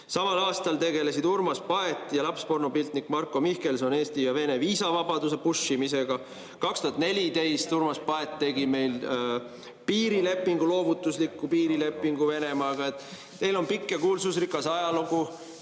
Samal aastal tegelesid Urmas Paet ja lapspornopiltnik Marko Mihkelson Eesti ja Vene viisavabaduse puššimisega. 2014 tegi Urmas Paet meil loovutusliku piirilepingu Venemaaga. Teil on pikk ja kuulsusrikas ajalugu